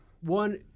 one